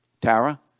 Tara